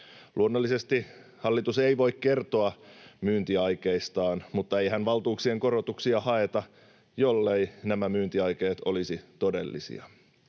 Luonnollisesti hallitus ei voi kertoa myyntiaikeistaan, mutta eihän valtuuksien korotuksia haeta, jolleivät nämä myyntiaikeet olisi todellisia.